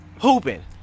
hooping